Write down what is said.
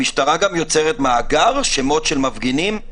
המשטרה גם יוצרת מאגר, שמות של מפגינים?